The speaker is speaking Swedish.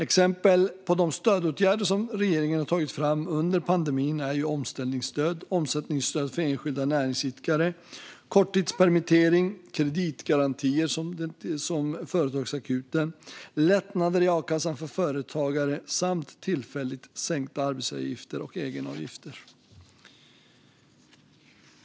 Exempel på de stödåtgärder som regeringen tagit fram under pandemin är omställningsstöd, omsättningsstöd för enskilda näringsidkare, korttidspermittering, kreditgarantier som Företagsakuten, lättnader i a-kassan för företagare samt tillfälligt sänkta arbetsgivaravgifter och egenavgifter.